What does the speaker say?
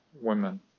women